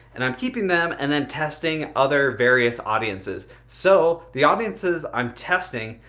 and i'm keeping them and then testing other various audiences. so the audiences i'm testing,